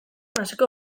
hasiko